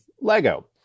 Lego